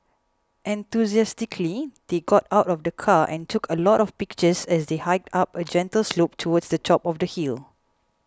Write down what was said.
enthusiastically they got out of the car and took a lot of pictures as they hiked up a gentle slope towards the top of the hill